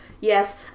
Yes